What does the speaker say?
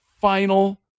final